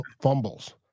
fumbles